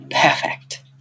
Perfect